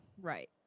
Right